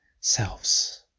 selves